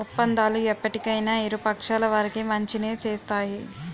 ఒప్పందాలు ఎప్పటికైనా ఇరు పక్షాల వారికి మంచినే చేస్తాయి